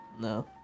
No